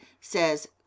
says